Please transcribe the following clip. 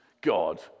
God